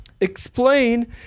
explain